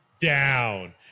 down